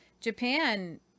Japan